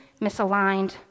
misaligned